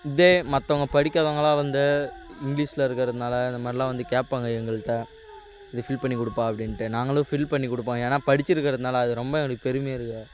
இதே மற்றவங்க படிக்காதவங்களாம் வந்து இங்கிலிஷில் இருக்கறதுனால் இந்த மாதிரிலாம் வந்து கேட்பாங்க எங்கள்ட்ட இது ஃபில் பண்ணி கொடுப்பா அப்படின்ட்டு நாங்களும் ஃபில் பண்ணி கொடுப்போம் ஏன்னா படிச்சிருக்கறதுனால் அது ரொம்ப எனக்கு பெருமையாக இருக்கும்